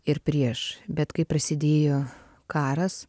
ir prieš bet kai prasidėjo karas